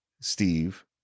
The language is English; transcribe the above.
Steve